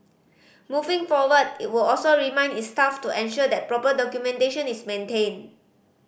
moving forward it would also remind its staff to ensure that proper documentation is maintained